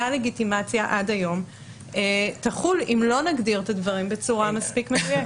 לגיטימציה עד היום תחול אם לא נגדיר את הדברים בצורה מספיק מדויקת.